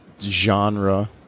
genre